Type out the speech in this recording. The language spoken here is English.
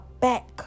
back